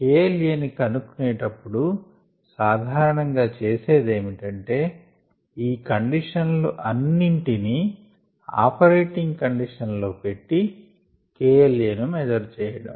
kLaని కనుక్కొనే టప్పుడు సాధారణంగా చేసేదేమిటంటే ఈ కండిషన్ లు అన్నింటినీ ఆపరేటింగ్ కండిషన్ లో పెట్టి kLaను మేజర్ చేయడం